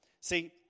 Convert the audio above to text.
See